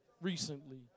recently